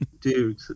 Dude